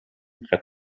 brett